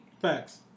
Facts